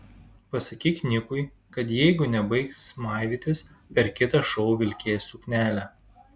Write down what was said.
pasakyk nikui kad jeigu nebaigs maivytis per kitą šou vilkės suknelę